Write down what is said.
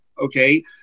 okay